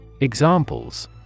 Examples